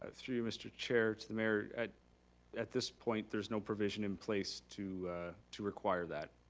ah through you mr. chair to the mayor. at at this point there's no provision in place to to require that.